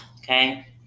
Okay